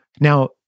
Now